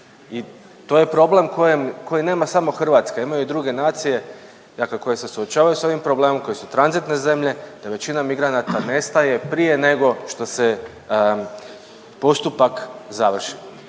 i to je problem kojem, koji nema samo Hrvatska, imaju i druge nacije, dakle koje se suočavaju sa ovim problemom, koje su tranzitne zemlje, da većina migranata nestaje prije nego što se postupak završi.